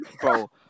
bro